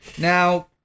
Now